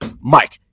Mike